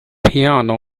piano